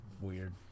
weird